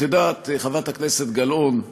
את יודעת, חברת הכנסת גלאון,